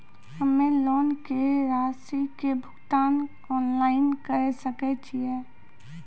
हम्मे लोन के रासि के भुगतान ऑनलाइन करे सकय छियै?